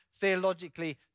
theologically